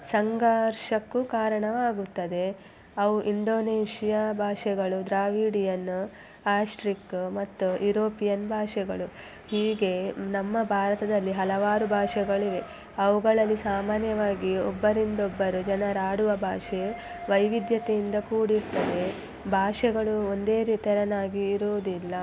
ಸಂಘರ್ಷಕ್ಕೂ ಕಾರಣವಾಗುತ್ತದೆ ಅವು ಇಂಡೋನೇಷ್ಯ ಭಾಷೆಗಳು ದ್ರಾವಿಡಿಯನ್ ಆಸ್ಟ್ರಿಕ್ ಮತ್ತು ಯುರೋಪಿಯನ್ ಭಾಷೆಗಳು ಹೀಗೆ ನಮ್ಮ ಭಾರತದಲ್ಲಿ ಹಲವಾರು ಭಾಷೆಗಳು ಇವೆ ಅವುಗಳಲ್ಲಿ ಸಾಮಾನ್ಯವಾಗಿ ಒಬ್ಬರಿಂದ ಒಬ್ಬರು ಜನರ ಆಡುವ ಭಾಷೆ ವೈವಿಧ್ಯತೆಯಿಂದ ಕೂಡಿರುತ್ತದೆ ಭಾಷೆಗಳು ಒಂದೇ ರಿ ತೆರನಾಗಿ ಇರುವುದಿಲ್ಲ